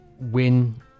win